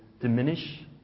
diminish